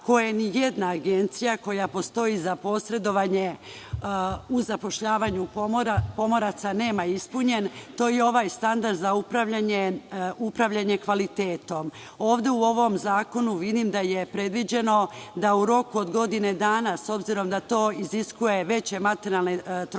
koji ni jedna agencija, a koja postoji za posredovanje u zapošljavanju pomoraca, nema ispunjen, to je ovaj standard za upravljanje kvalitetom. Ovde u ovom zakonu vidim da je predviđeno da u roku od godinu dana, s obzirom da to iziskuje veće materijalne troškove,